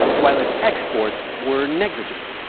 while its exports were negligible.